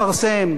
בשיקולים,